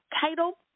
title